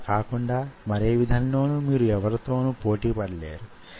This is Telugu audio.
అటువంటి మైక్రో కాంటిలివర్ పరికరాలు మీరు వాడ వచ్చు